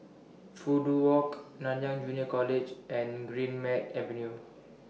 Fudu Walk Nanyang Junior College and Greenmead Avenue